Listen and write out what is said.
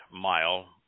mile